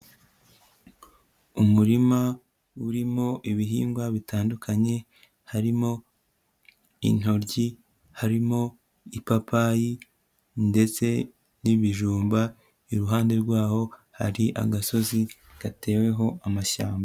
Umurima urimo ibihingwa bitandukanye, harimo intoryi, harimo ipapayi ndetse n'ibijumba, iruhande rwaho hari agasozi gateweho amashyamba.